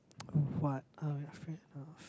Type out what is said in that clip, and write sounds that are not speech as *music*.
*noise* what are you afraid of